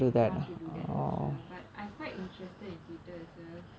I want to do that also but I am quite interested in theatre as will